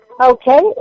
Okay